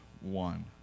one